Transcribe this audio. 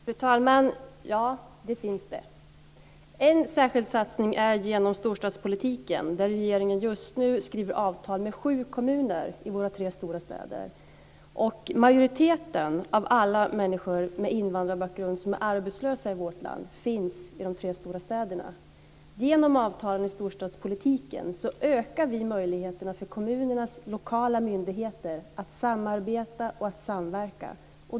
Fru talman! Ja, det finns det. En särskild satsning är med hjälp av storstadspolitiken. Regeringen skriver just nu avtal med sju kommuner i våra tre stora städer. Majoriteten av alla människor med invandrarbakgrund som är arbetslösa i vårt land finns i de tre stora städerna. Med hjälp av avtal i storstadspolitiken ökar vi möjligheterna för kommunernas lokala myndigheter att samarbeta och samverka.